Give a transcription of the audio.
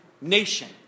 nation